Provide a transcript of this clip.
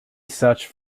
searched